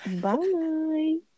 Bye